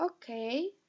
Okay